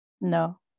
No